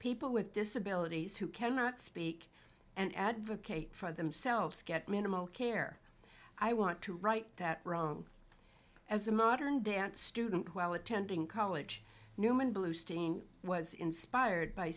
people with disabilities who cannot speak and advocate for themselves get minimal care i want to right that wrong as a modern dance student while attending college newman boosting was inspired by